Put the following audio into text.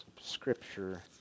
scripture